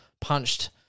punched